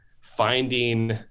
finding